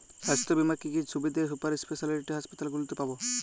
স্বাস্থ্য বীমার কি কি সুবিধে সুপার স্পেশালিটি হাসপাতালগুলিতে পাব?